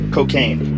Cocaine